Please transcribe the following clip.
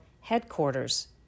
headquarters